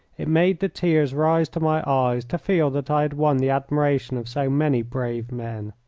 it made the tears rise to my eyes to feel that i had won the admiration of so many brave men.